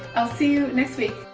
i'll see you next week